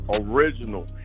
original